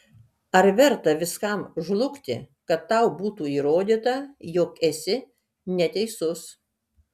ar verta viskam žlugti kad tau būtų įrodyta jog esi neteisus